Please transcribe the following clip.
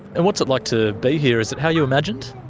and what's it like to be here? is it how you imagined?